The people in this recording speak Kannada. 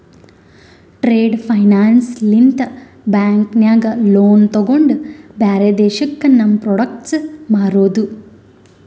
ಟ್ರೇಡ್ ಫೈನಾನ್ಸ್ ಲಿಂತ ಬ್ಯಾಂಕ್ ನಾಗ್ ಲೋನ್ ತೊಗೊಂಡು ಬ್ಯಾರೆ ದೇಶಕ್ಕ ನಮ್ ಪ್ರೋಡಕ್ಟ್ ಮಾರೋದು